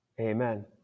Amen